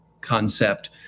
concept